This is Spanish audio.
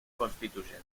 constituyente